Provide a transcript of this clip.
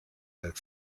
out